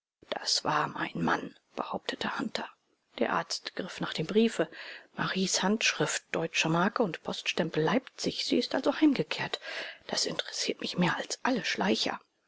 das war mein mann behauptete hunter der arzt griff nach dem briefe maries handschrift deutsche marke und poststempel leipzig sie ist also heimgekehrt das interessiert mich mehr als alle schleicher